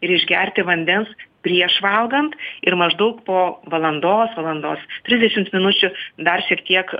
ir išgerti vandens prieš valgant ir maždaug po valandos valandos trisdešimt minučių dar šiek tiek